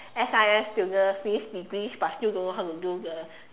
S_I_M students finish degree but still don't know how to do the